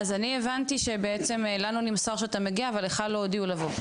אז אני הבנתי שבעצם לנו נמס שאתה מגיע אבל לך לא הודיעו לבוא.